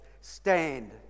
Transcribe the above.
stand